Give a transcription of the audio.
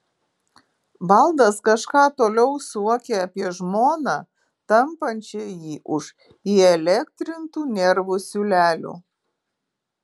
valdas kažką toliau suokė apie žmoną tampančią jį už įelektrintų nervų siūlelių